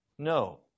No